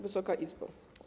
Wysoka Izbo!